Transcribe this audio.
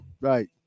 right